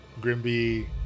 Grimby